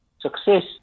success